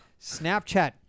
Snapchat